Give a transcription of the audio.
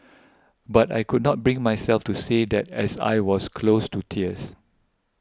but I could not bring myself to say that as I was close to tears